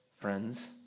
friends